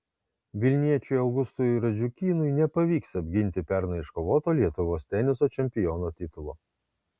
vilniečiui augustui radžiukynui nepavyks apginti pernai iškovoto lietuvos teniso čempiono titulo